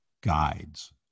guides